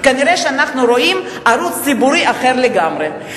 כנראה אנחנו רואים ערוץ ציבורי אחר לגמרי,